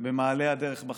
במעלה הדרך בחקיקה.